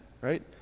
right